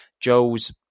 Joe's